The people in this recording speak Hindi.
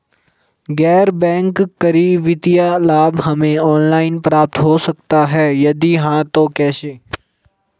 गैर बैंक करी वित्तीय लाभ हमें ऑनलाइन प्राप्त हो सकता है यदि हाँ तो कैसे?